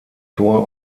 tor